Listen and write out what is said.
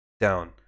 down